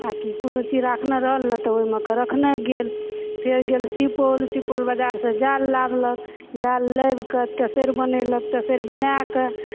आकि कुनू चीज राखने रहल ने तऽ ओइमेकऽ रखने गेल फेर गेल सिपौल सिपौल बजारसऽ जाल लाबलक जाल लाबिकऽ तेसैर बनेलक तेसैर बनाएकऽ